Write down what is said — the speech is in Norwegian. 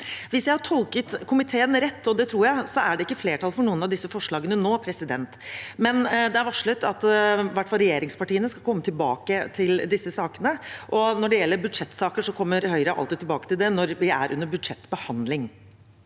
Hvis jeg har tolket komiteen rett, og det tror jeg, er det ikke flertall for noen av disse forslagene nå, men det er varslet at i hvert fall regjeringspartiene skal komme tilbake til disse sakene. Når det gjelder budsjettsaker, kommer Høyre alltid tilbake til det under budsjettbehandlingen.